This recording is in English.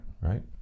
Right